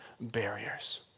barriers